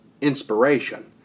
inspiration